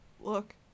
Look